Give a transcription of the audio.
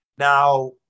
Now